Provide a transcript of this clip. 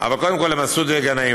אבל קודם כול למסעוד גנאים.